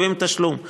גובים תשלום.